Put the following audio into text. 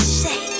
say